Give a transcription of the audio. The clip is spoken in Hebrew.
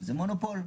זה מונופול.